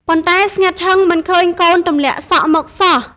ប៉ុន្តែ ស្ងាត់ឈឹងមិនឃើញកូនទម្លាក់សក់មកសោះ ។